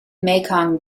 mekong